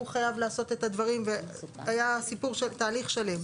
הוא חייב לעשות את הדברים והיה סיפור של תהליך שלם.